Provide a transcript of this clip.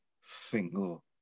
single